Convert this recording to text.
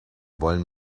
wollen